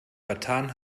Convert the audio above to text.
vertan